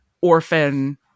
orphan